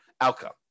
outcome